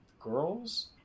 girls